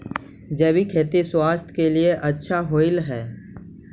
जैविक खेती स्वास्थ्य के लिए अच्छा होवऽ हई